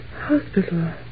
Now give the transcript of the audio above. Hospital